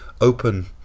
open